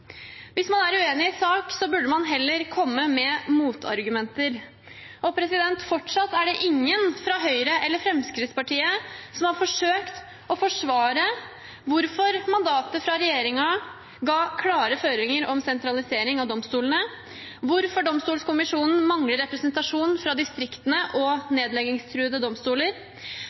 Hvis man er uenig i sak, burde man heller komme med motargumenter. Fortsatt er det ingen fra Høyre eller Fremskrittspartiet som har forsøkt å forsvare hvorfor mandatet fra regjeringen ga klare føringer om sentralisering av domstolene, hvorfor Domstolkommisjonen mangler representasjon fra distriktene og nedleggingstruede domstoler,